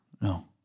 No